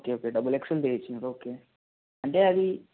okay okay double excel మీరు ఇచ్చారు okay అంటే అవీ